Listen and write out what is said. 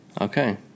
Okay